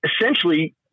essentially